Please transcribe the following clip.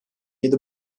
yedi